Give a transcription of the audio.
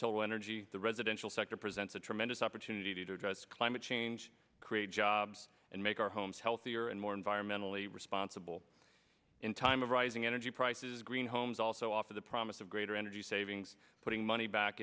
total energy the residential sector presents a tremendous opportunity to address climate change create jobs and make our homes healthier and more environmentally responsible in time of rising energy prices green homes also offer the promise of greater energy savings putting money back